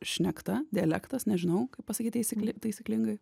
šnekta dialektas nežinau kaip pasakyt taisykli taisyklingai